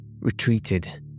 retreated